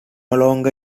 longer